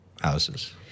houses